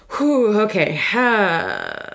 okay